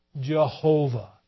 Jehovah